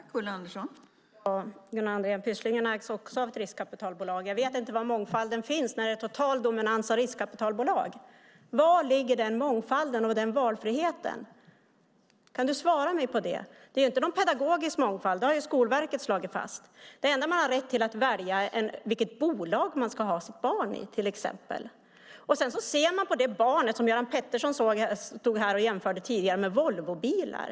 Fru talman! Pysslingen ägs också, Gunnar Andrén, av ett riskkapitalbolag. Jag vet inte var mångfalden finns när det är en total dominans av riskkapitalbolag. Var ligger då mångfalden och valfriheten? Kan du ge mig ett svar på den frågan? Det är inte fråga om pedagogisk mångfald; det har Skolverket slagit fast. Det enda man har rätt att välja är hos vilket bolag man ska ha sitt barn till exempel. Man ser på det barnet som Göran Pettersson, som tidigare här jämförde med Volvobilar.